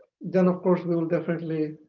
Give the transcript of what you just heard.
then of course we'll definitely